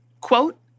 quote